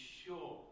sure